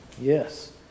Yes